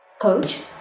coach